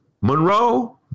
Monroe